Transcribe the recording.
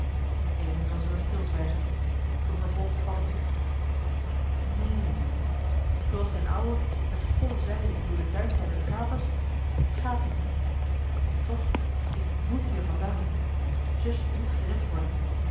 was er een stilzwijgen toen vervolgde paddeltje joh h been paddeltje de scheepsjongen van michiel de ruijter neen zooals d'n ouwe met volle zeilen door de duinkerker kapers gààt niet en toch ik moet hier vandaan zus moet gered worden